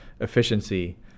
efficiency